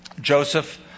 Joseph